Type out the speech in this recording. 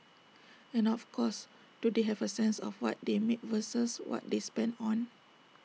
and of course do they have A sense of what they make versus what they spend on